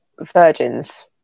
virgins